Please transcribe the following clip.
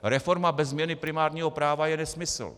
Reforma bez změny primárního práva je nesmysl.